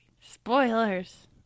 Spoilers